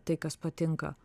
tai kas patinka